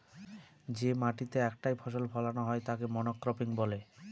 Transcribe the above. যে মাটিতেতে বছরে একটাই ফসল ফোলানো হয় তাকে মনোক্রপিং বলে